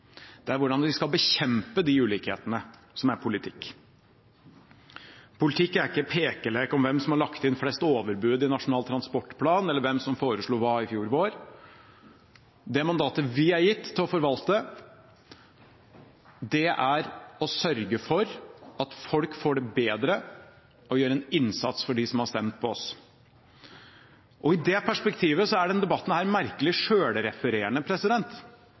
Det er hvordan vi skal bekjempe de ulikhetene som er politikk. Politikk er ikke en pekelek om hvem som har lagt inn flest overbud i Nasjonal transportplan, eller hvem som foreslo hva i fjor vår. Det mandatet vi er gitt til å forvalte, er å sørge for at folk får det bedre og gjøre en innsats for dem som har stemt på oss. I det perspektivet er denne debatten merkelig selvrefererende. Det handler vel så mye om relasjonene personer og partier her